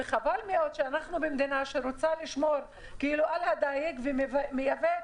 וחבל מאוד שאנחנו במדינה שרוצה לשמור על הדייג ומייבאת